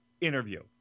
interview